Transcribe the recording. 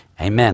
amen